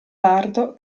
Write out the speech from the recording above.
lardo